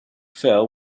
fell